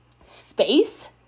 space